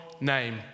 name